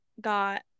got